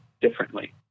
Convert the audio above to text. differently